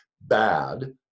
bad